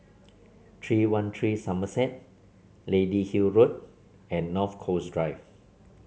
three one three Somerset Lady Hill Road and North Coast Drive